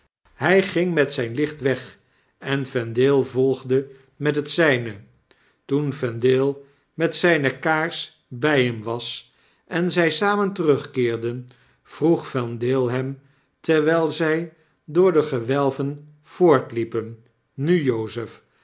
hy ging met zyn licht weg en vendale volgde met het zijne toen vendale met zpe kaars by hem was en zy samen terugkeerden vroeg vendale hem terwyl zy door de gewelven voortliepen nu jozef